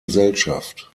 gesellschaft